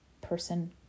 person